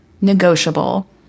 negotiable